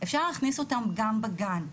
אפשר להכניס אותם גם בגן.